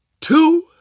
two